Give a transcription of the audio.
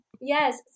yes